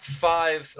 five